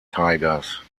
tigers